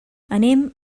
anem